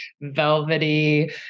velvety